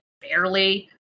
barely